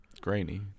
grainy